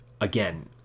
again